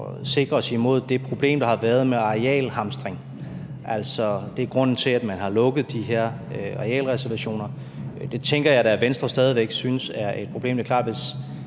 sikre os imod det problem, der har været med arealhamstring – altså, det er grunden til, at man har lukket de her arealreservationer. Det tænker jeg da at Venstre stadig væk synes er et problem. Det er klart, at hvis